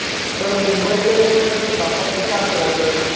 sir Mumbai ते सातारा किती अंतर आहे सर